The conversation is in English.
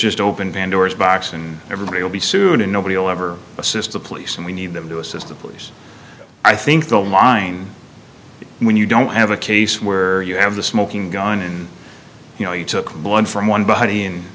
just open pandora's box and everybody will be soon and nobody will ever assist the police and we need them to assist the police i think the line when you don't have a case where you have the smoking gun and you know you took blood from one body and